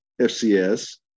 fcs